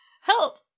help